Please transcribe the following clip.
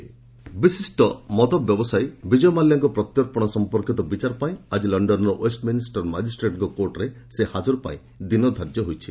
Mallya extradition ବିଶିଷ୍ଟ ମଦ ବ୍ୟବସାୟୀ ବିଜୟ ମାଲ୍ୟାଙ୍କ ପ୍ରତ୍ୟାର୍ପଣ ସମ୍ପର୍କୀତ ବିଚାର ପାଇଁ ଆଜି ଲଣ୍ଡନର ଓ୍ୱେଷ୍ଟମିନିଷ୍ଟର ମାଜିଷ୍ଟ୍ରେଟଙ୍କ କୋର୍ଟରେ ସେ ହାଜର ପାଇଁ ଦିନଧାର୍ଯ୍ୟ ହୋଇଛି